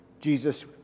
Jesus